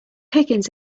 higgins